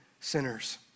sinners